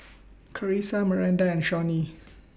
Carisa Maranda and Shawnee